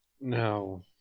No